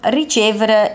ricevere